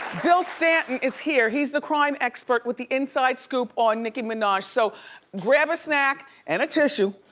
bill stanton is here, he's the crime expert with the inside scoop on nicki minaj, so grab a snack, and a tissue,